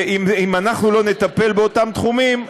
אם אנחנו לא נטפל באותם תחומים,